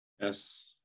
Yes